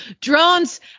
drones